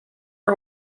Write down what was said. are